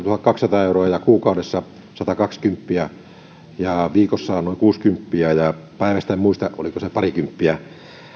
tuhatkaksisataa euroa kuukaudessa satakaksikymppiä viikossa noin kuusikymppiä ja päivässä en muista oliko se parikymppiä